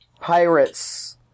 pirates